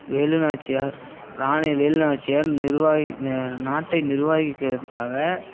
வேலு நாச்சியார் ராணி வேலு நாச்சியார் நிர்வாக நாட்டை நிர்வகிக்குவதற்காக